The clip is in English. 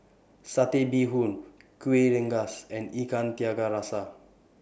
Satay Bee Hoon Kueh Rengas and Ikan Tiga Rasa